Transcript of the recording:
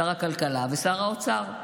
שר הכלכלה ושר האוצר,